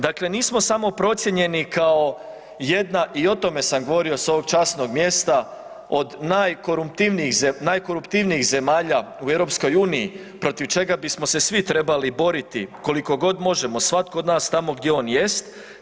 Dakle, nismo samo procijenjeni kao jedna i o tome sam govorio s ovog časnog mjesta, od najkoruptivnijih zemalja u EU protiv čega bismo se svi trebali boriti, koliko god možemo, svatko od nas tamo gdje on jest.